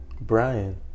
Brian